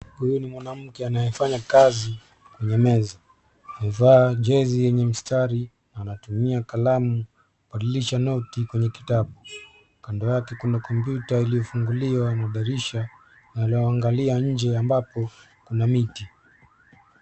Huyu ni mwanamke anayefanya kazi kwenye meza. Amevaa jezi yenye mistari. Anatumia kalamu kubadilisha noti kwenye kitabu. Kando yake kuna kompyuta iliyo funguliwa na dirisha linaloangalia nje ambapo pana miti.